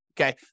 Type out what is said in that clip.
okay